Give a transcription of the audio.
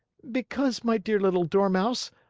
because, my dear little dormouse,